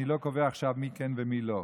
אני לא קובע עכשיו מי כן ומי לא.